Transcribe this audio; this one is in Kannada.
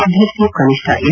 ಅಭ್ಯರ್ಥಿಯು ಕನಿಷ್ಠ ಎಸ್